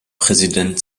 präsident